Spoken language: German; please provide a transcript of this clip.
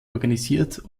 organisiert